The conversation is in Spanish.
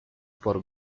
por